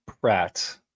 Pratt